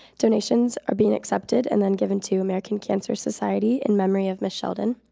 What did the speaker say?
donations are being accepted and then given to american cancer society in memory of ms. sheldon.